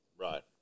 Right